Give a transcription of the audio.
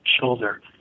shoulder